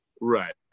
Right